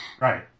right